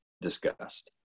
discussed